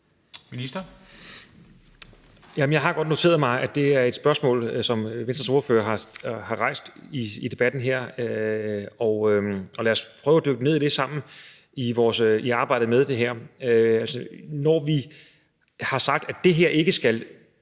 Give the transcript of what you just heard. Heunicke): Jeg har godt noteret mig, at det er et spørgsmål, som Venstres ordfører har rejst i debatten her, og lad os prøve at dykke ned i det sammen i arbejdet med det her. Når vi har sagt, at det her ikke skal